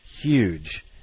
huge